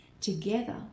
together